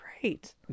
great